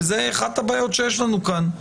זאת אחת הבעיות שיש לנו כאן.